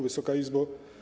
Wysoka Izbo!